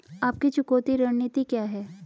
आपकी चुकौती रणनीति क्या है?